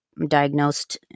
diagnosed